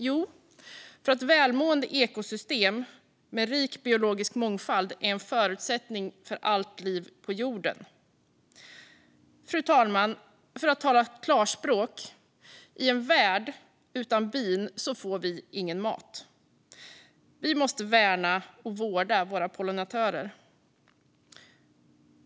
Jo, för att välmående ekosystem med rik biologisk mångfald är en förutsättning för allt liv på jorden. Fru talman! För att tala klarspråk: I en värld utan bin får vi ingen mat. Vi måste värna och vårda pollinatörerna.